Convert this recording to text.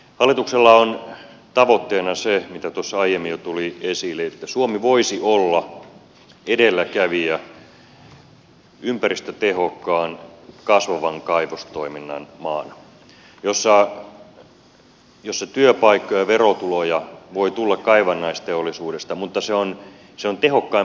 hallituksella on tavoitteena se mikä tuossa aiemmin jo tuli esille että suomi voisi olla edelläkävijä ympäristötehokkaan kasvavan kaivostoiminnan maana jossa työpaikkoja ja verotuloja voi tulla kaivannaisteollisuudesta mutta se on tehokkain mahdollinen